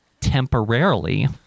temporarily